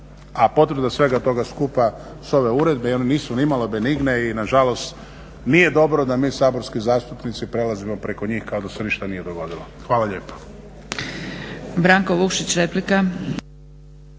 A potvrda svega toga skupa su ove uredbe i one nisu nimalo benigne i nažalost nije dobro da mi saborski zastupnici prelazimo preko njih kao da se ništa nije dogodilo. Hvala lijepa.